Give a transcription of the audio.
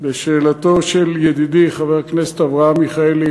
לשאלתו של ידידי חבר הכנסת אברהם מיכאלי,